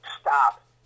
stop